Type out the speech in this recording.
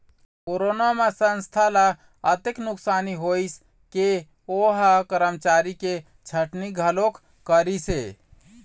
corona म संस्था ल अतेक नुकसानी होइस के ओ ह करमचारी के छटनी घलोक करिस हे